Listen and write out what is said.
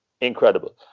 Incredible